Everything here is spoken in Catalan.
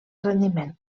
rendiment